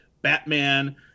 Batman